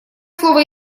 слово